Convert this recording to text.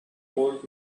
old